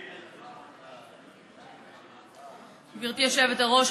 גברתי היושבת-ראש,